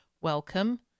welcome